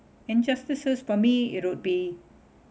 injustices for me it would be